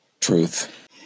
Truth